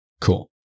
Cool